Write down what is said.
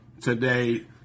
today